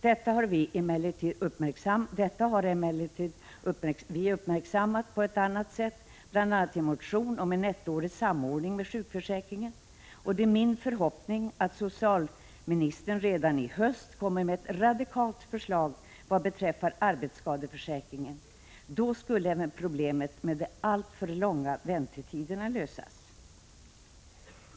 Detta har vi emellertid uppmärksammat på annat sätt, bl.a. i en motion om en ettårig samordning med sjukförsäkringen. Det är min förhoppning att socialministern redan i höst kommer med ett radikalt förslag vad beträffar arbetsskadeförsäkringen. Då skulle även problemet med de alltför långa väntetiderna kunna lösas.